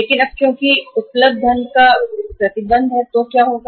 लेकिन अब क्योंकि उपलब्ध धन का प्रतिबंध है तो क्या होगा